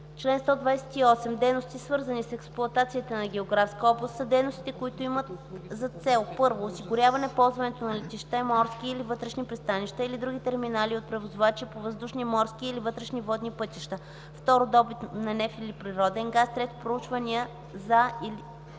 област Чл. 128. Дейности, свързани с експлоатацията на географска област, са дейности, които имат за цел: 1. осигуряване ползването на летища и морски или вътрешни пристанища или други терминали от превозвачи по въздушни, морски или вътрешни водни пътища; 2. добив на нефт или природен газ; 3. проучвания за или